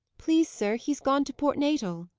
please, sir, he's gone to port natal.